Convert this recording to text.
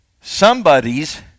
somebody's